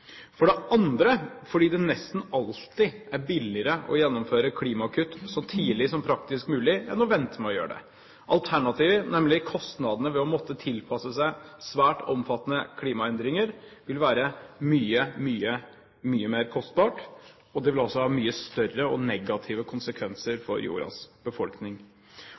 For det andre er det nesten alltid billigere å gjennomføre klimakutt så tidlig som praktisk mulig enn å vente med å gjøre det. Alternativet, nemlig kostnadene ved å måtte tilpasse seg svært omfattende klimaendringer, vil være mye, mye høyere, og det vil også være mye større, negative konsekvenser for jordens befolkning.